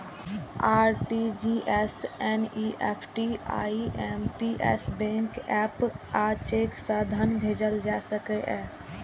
RTGS, NEFT, IMPS, bank app आ cheque सं धन भेजल जा सकैए